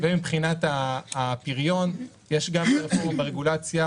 מבחינת הפריון יש גם רפורמה ברגולציה,